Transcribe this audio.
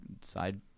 side